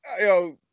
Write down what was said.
yo